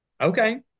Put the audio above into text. Okay